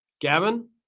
Gavin